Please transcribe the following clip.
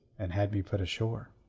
and had me put ashore.